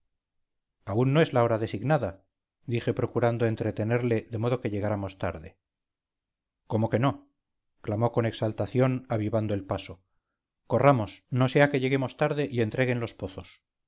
aún no es la hora designada dije procurando entretenerle de modo que llegáramos tarde cómo que no clamó con exaltación avivando el paso corramos no sea que lleguemos tarde y entreguen los pozos